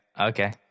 okay